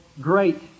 great